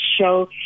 show